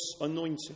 anointed